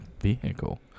vehicle